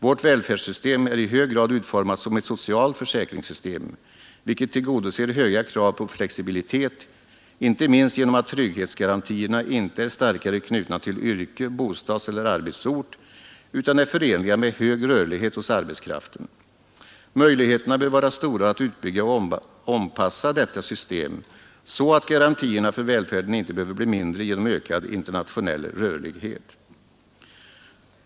Vårt välfärdssystem är i hög grad utformat som ett socialt försäkringssystem, vilket tillgodoser höga krav på flexibilitet inte minst genom att trygghetsgarantierna inte är starkare knutna till yrke, bostadseller arbetsort utan är förenliga med hög rörlighet hos arbetskraften. Möjligheterna bör vara stora att utbygga och ompassa detta system, så att garantierna för välfärden inte behöver bli mindre genom ökad internationell rörlighet.